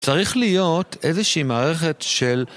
צריך להיות איזושהי מערכת של...